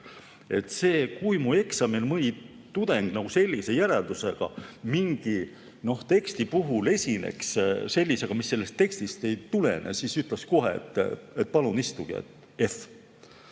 Kui mu eksamil mõni tudeng sellise järeldusega mingi teksti puhul esineks, sellisega, mis sellest tekstist ei tulene, siis ütleks kohe, et palun istuge, F!